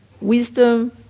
wisdom